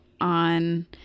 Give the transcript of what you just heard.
On